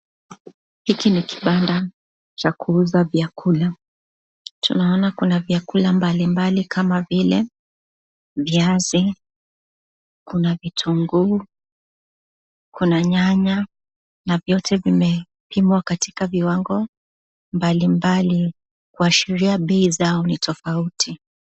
Hiki ni kibanda cha kuuza vyakula, tunaona kuna vyakula mbalimbali kama vile, viazi, kuna vitunguu, kuna nyanya na vyote vimepangwa katika viwango, mbalimbali kuashiria bei zao ni tofauti.